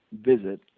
visit